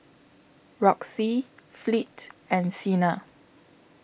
Roxie Fleet and Siena